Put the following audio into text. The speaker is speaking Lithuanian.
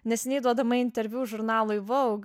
neseniai duodama interviu žurnalui voug